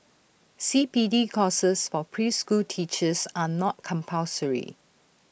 C P D courses for preschool teachers are not compulsory